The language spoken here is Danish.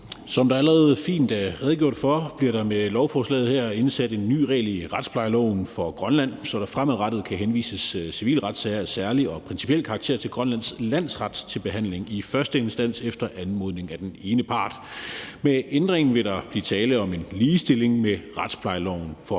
Som der allerede fint er redegjort for, bliver der med lovforslaget her indsat en ny regel i retsplejeloven for Grønland, så der fremadrettet kan henvises civile retssager af særlig og principiel karakter til Grønlands Landsret til behandling i første instans efter anmodning fra den ene part. Med ændringen vil der blive tale om en ligestilling med retsplejeloven for Danmark.